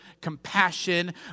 compassion